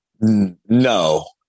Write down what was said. No